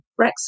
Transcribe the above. Brexit